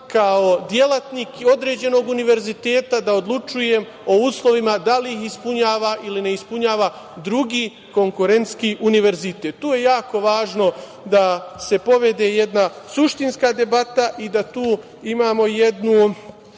kao delatnik određenog univerziteta da odlučujem o uslovima, da li ih ispunjava ili ne ispunjava drugi konkurentski univerzitet. Tu je jako važno da se povede jedna suštinska debata i da tu imamo jedno